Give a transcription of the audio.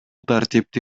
тартипти